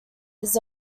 his